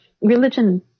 Religion